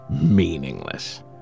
meaningless